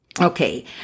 Okay